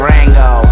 Rango